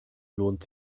lohnt